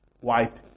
white